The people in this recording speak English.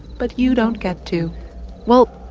but you don't get to well,